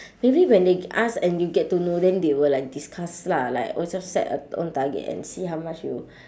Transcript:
maybe when they ask and you get to know then they will like discuss lah like own self set a own target and see how much you